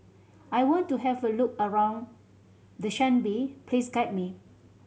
I want to have a look around Dushanbe please guide me